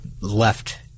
left